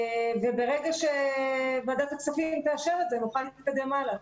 ברגע שוועדת הכספים תאשר את זה, נוכל להתקדם הלאה.